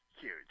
Huge